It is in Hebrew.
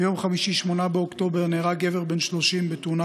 ביום חמישי 8 באוקטובר נהרג גבר בן 30 בתאונה